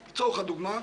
מבחינתי,